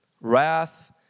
wrath